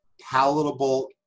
palatable